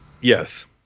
Yes